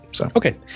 Okay